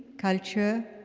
culture,